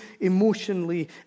emotionally